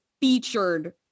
featured